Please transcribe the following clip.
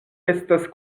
estas